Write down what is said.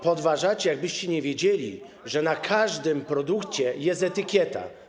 Podważacie, jakbyście nie wiedzieli, że na każdym produkcie jest etykieta.